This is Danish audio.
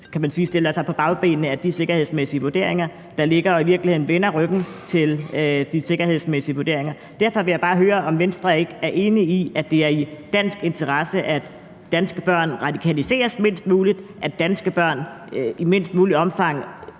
kan man sige, stiller sig på bagbenene i forhold til de sikkerhedsmæssige vurderinger, der ligger, og i virkeligheden vender ryggen til de sikkerhedsmæssige vurderinger. Derfor vil jeg bare høre, om Venstre ikke er enig i, at det er i dansk interesse, at danske børn radikaliseres mindst muligt, at danske børn i mindst muligt omfang